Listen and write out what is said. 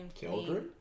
Children